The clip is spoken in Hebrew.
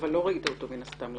לא ראית אותו מן הסתם לראשונה.